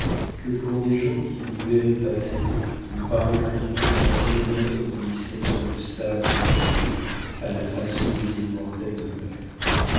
que pour des gens qui nous verraient passer nous paraîtrions un même être glissant sur le sable des allées à la façon des immortels d'homère